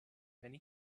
many